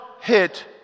hit